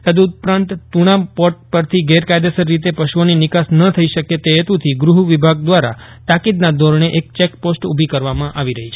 તદઉપરાંત તૂજ્ઞા પોર્ટ પરથી ગેરકાયદેસર રીતે પશુઓની નિકાસ ન થઈ શકે તે હેતુથી ગૂહ વિભાગ દ્વારા તાકીદના ધોરજ્ઞે એક ચેકપોસ્ટ ઊભી કરવામાં આવી રહી છે